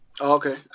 okay